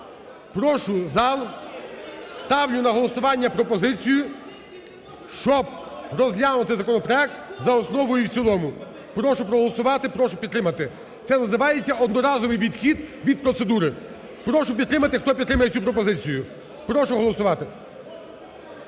Прошу зал… Ставлю на голосування пропозицію, щоб розглянути законопроект за основу і в цілому. Прошу проголосувати. Прошу підтримати. Це називається "одноразовий відхід від процедури". Прошу підтримати, хто підтримує цю пропозицію. Прошу проголосувати